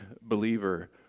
believer